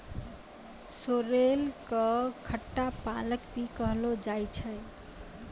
sorrel कॅ खट्टा पालक भी कहलो जाय छै